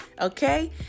okay